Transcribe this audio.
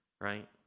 right